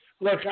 look